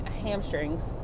hamstrings